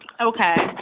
Okay